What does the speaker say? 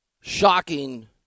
Shocking